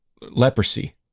leprosy